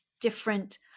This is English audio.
different